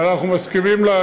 ואנחנו מסכימים לה.